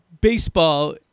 baseball